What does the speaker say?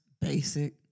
Basic